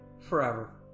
forever